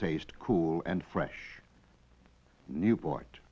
taste cool and fresh newport